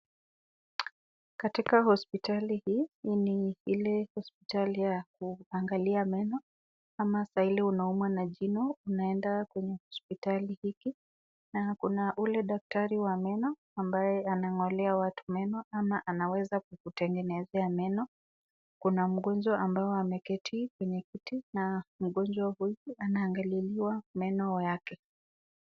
Katika hospitali hii, ni ile hospitali ya kuangalia meno. Ama saa ile unaumwa na jino unaenda kwenye hospitali hiki. Na kuna ule daktari wa meno ambaye anang'olea watu meno, ama anaweza kukutengenezea meno. Kuna mgonjwa ambao ameketi kwenye kiti na mgonjwa huyu anaangaliliwa meno yake.